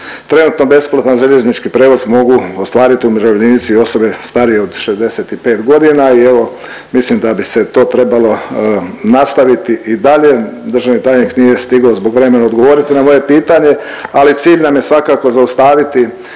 Trenutno besplatan željeznički prijevoz mogu ostvariti umirovljenici i osobe starije od 65 godina i evo mislim da bi se to trebalo nastaviti i dalje. Državni tajnik nije stigao zbog vremena odgovoriti na moje pitanje, ali cilj nam je svakako zaustaviti